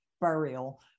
burial